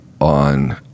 on